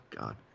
God